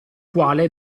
quale